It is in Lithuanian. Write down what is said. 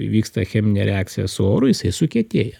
įvyksta cheminė reakcija su oru jisai sukietėja